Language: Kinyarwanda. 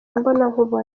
imbonankubone